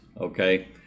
okay